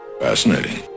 Fascinating